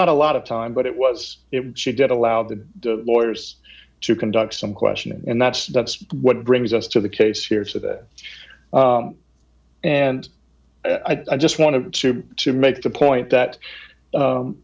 not a lot of time but it was it she did allow the lawyers to conduct some questioning and that's that's what brings us to the case here so that and i just wanted to make the point that